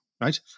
right